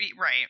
Right